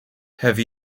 have